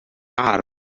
iâr